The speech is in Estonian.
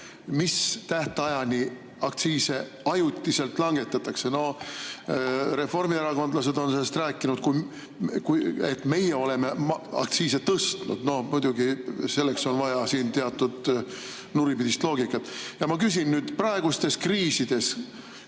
mis tähtajani aktsiise ajutiselt langetatakse. Reformierakondlased on sellest rääkinud nii, et meie oleme aktsiise tõstnud. No muidugi selleks on vaja teatud nuripidist loogikat. Ma küsin nüüd: kas praegustes kriisides